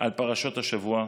על פרשות השבוע,